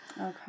Okay